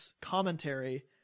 commentary